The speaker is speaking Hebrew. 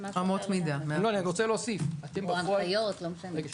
מדדי איכות זה משהו אחר, או הנחיות, לא משנה.